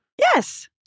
Yes